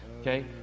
Okay